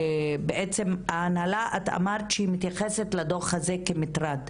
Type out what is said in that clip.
את אמרת שההנהלה מתייחסת לדוח הזה כאל מטרד.